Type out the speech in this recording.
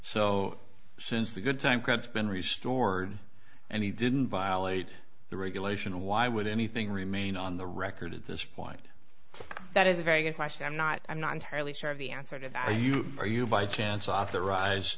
so since the good time credits been resort and he didn't violate the regulation why would anything remain on the record at this point that is a very good question i'm not i'm not entirely sure of the answer to that are you are you by chance authorized